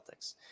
Celtics